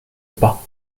pas